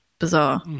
bizarre